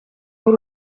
w’u